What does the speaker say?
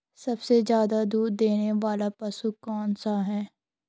सबसे ज़्यादा दूध देने वाला पशु कौन सा है?